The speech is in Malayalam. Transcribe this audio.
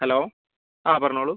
ഹലോ ആ പറഞ്ഞോളൂ